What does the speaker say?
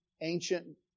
ancient